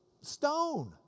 stone